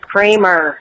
Kramer